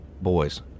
boys